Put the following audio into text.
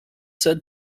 said